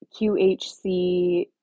QHC